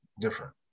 different